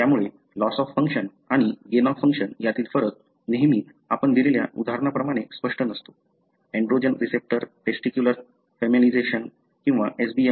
त्यामुळे loss of function आणि gain of function यातील फरक नेहमी आपण दिलेल्या उदाहरणाप्रमाणे स्पष्ट नसतो एंड्रोजन रिसेप्टर टेस्टिक्युलर फेमिनिजेशन किंवा SBMA